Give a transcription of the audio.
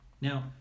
Now